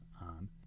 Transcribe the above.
on